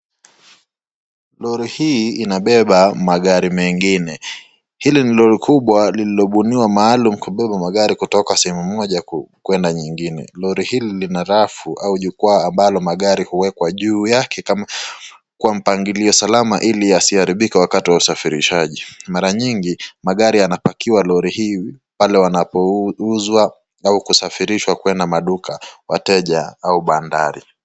Lori hii inabeba magari mengine. Hili ni lori kubwa liliyobuniwa maalum kubeba magari kutoka sehemu moja kwenda nyingine. Lori hili lina rafu au jukwaa ambalo magari huwekwa juu yake kwa mpangilio salama ili yasiaribike wakati wa usafirishaji. Mara nyingi magari yanapakiwa lori hii pale wanapouzwa au kusafirishwa kwenda maduka, wateja au bandari.